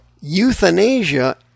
euthanasia